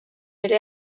ere